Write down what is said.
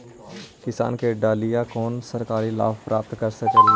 किसान के डालीय कोन सा सरकरी लाभ प्राप्त कर सकली?